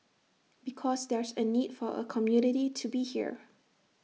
because there's A need for A community to be here